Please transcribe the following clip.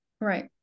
Right